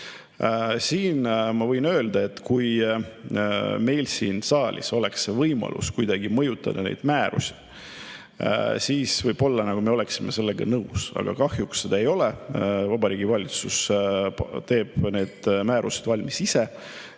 kohta ma võin öelda, et kui meil siin saalis oleks võimalus kuidagi mõjutada neid määrusi, siis võib-olla me oleksime sellega nõus, aga kahjuks seda ei ole. Vabariigi Valitsus teeb need määrused valmis ise,